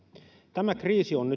tämä kriisi on